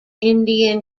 indian